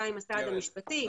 גם עם הסעד המשפטי,